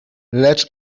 lecz